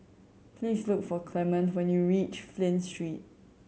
please look for Clement when you reach Flint Street